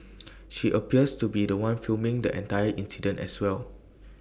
she appears to be The One filming the entire incident as well